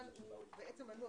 אבל הוא בעצם מנוע,